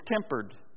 tempered